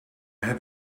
have